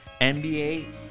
NBA